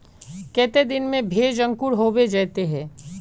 केते दिन में भेज अंकूर होबे जयते है?